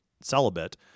celibate